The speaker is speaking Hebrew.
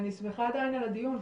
אני שמחה על הדיון,